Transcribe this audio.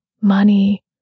money